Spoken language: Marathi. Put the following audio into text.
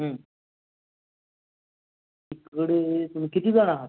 तिकडे पण किती जणं आहात